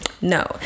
no